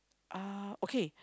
uh okay